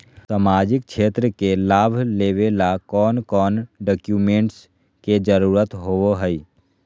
सामाजिक क्षेत्र के लाभ लेबे ला कौन कौन डाक्यूमेंट्स के जरुरत होबो होई?